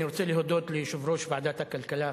אני רוצה להודות ליושב-ראש ועדת הכלכלה,